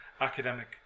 academic